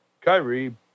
Kyrie